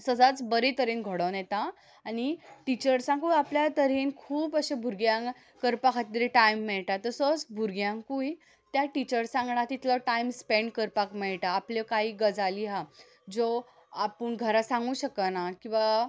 सदांच बरे तरेन घडोवन येता आनी टिचर्सांकूय आपल्या तरेन खूब अशे भुरग्यांक करपा खातीर टायम मेळटा तसोच भुरग्यांकूय त्या टिचर्सां वांगडा तितलो टायम स्पँड करपाक मेळटा आपल्यो कांय गजाली आसा ज्यो आपूण घरा सांगूं शकना किंवां